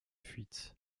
fuite